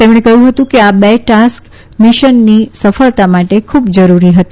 તેમણે કહથું કે આ બે ટાસ્ક મિશનની સફળતા માટે ખુબ જરૂરી હતા